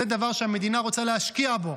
זה דבר שהמדינה רוצה להשקיע בו.